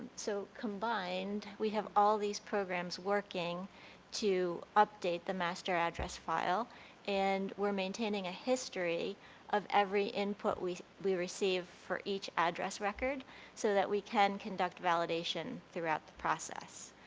so combined, we have all these programs working to update the master address file and we're maintaining a history of every input we we receive for each address record so that we can con dult validation throughout the process.